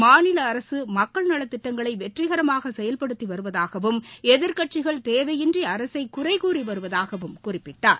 மாநில அரசு மக்கள் நலத் திட்டங்களை வெற்றிகரமாக செயல்படுத்தி வருவதாகவும் எதிர்க்கட்சிகள் தேவையின்றி அரசை குறை கூறி வருவதாகவும் குறிப்பிட்டார்